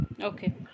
Okay